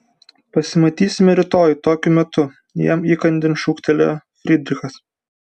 pasimatysime rytoj tokiu metu jam įkandin šūktelėjo frydrichas